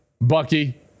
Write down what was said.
Bucky